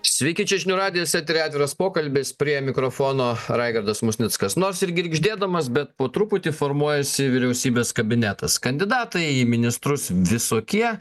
sveiki čia žinių radijas etery atviras pokalbis prie mikrofono raigardas musnickas nors ir girgždėdamas bet po truputį formuojasi vyriausybės kabinetas kandidatai į ministrus visokie